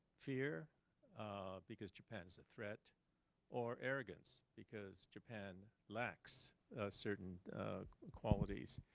fear because japan is a threat or arrogance because japan lacks certain qualities.